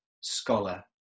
scholar